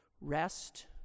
rest